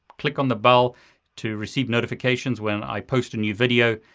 click on the bell to receive notifications when i post a new video,